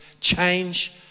change